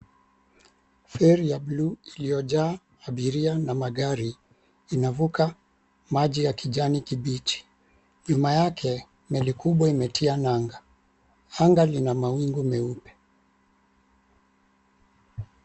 Feri ya bluu iliyojaa abiria na magari inavuka maji ya kijani kibichi, nyuma yake meli kubwa imetia nanga, anga lina mawingu meupe.